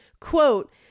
quote